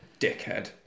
dickhead